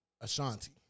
Ashanti